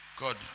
God